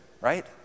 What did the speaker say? right